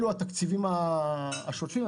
אלו התקציבים השוטפים.